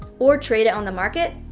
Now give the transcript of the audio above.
or trade it on the market,